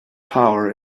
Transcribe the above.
power